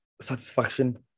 satisfaction